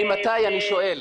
ממתי אני שואל.